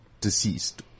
Deceased